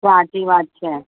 સાચી વાત છે